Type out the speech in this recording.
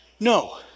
No